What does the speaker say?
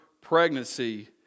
pregnancy